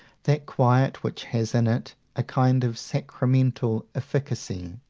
that quiet which has in it a kind of sacramental efficacy,